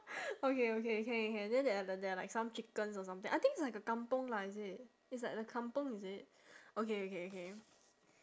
okay okay can can can then there are the there are like some chickens or something I think it's like a kampung lah is it it's like a kampung is it okay okay okay